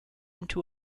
into